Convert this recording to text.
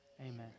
Amen